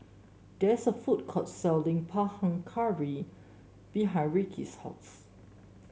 there is a food court selling Panang Curry behind Rickey's house